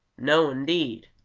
no, indeed!